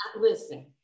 Listen